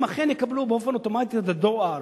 אכן יקבלו באופן אוטומטי את הדואר,